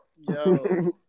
Yo